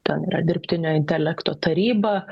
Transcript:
ten yra dirbtinio intelekto taryba